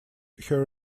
her